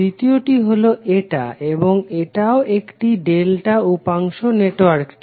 তৃতীয়টি হলো এটা এবং এটাও একটি ডেল্টা উপাংশ নেটওয়ার্কটির